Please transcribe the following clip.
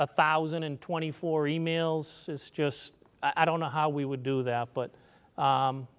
a thousand and twenty four emails is just i don't know how we would do that but